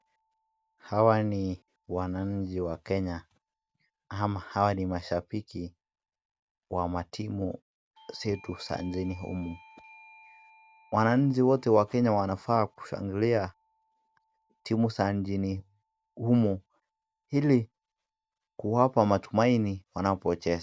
Hawa ni wananchi wa Kenya ama hawa ni mashabiki wa matimu zetu za nchini humu. Wananchi wote wa Kenya wanafaa kushangilia timu za nchini humu hili kuwapa matumaini wanapocheza.